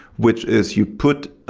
which is you put